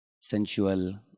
sensual